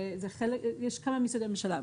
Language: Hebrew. יש כמה משרדי ממשלה.